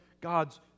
God's